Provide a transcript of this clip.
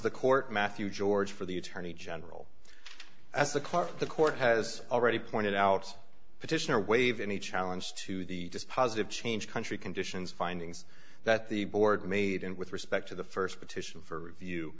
the court matthew george for the attorney general as the clerk the court has already pointed out petitioner waive any challenge to the positive change country conditions findings that the board made and with respect to the st petition for review